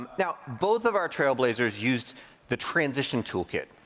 now, both of our trailblazers used the transition toolkit.